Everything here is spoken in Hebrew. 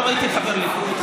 מה היה רע בליכוד?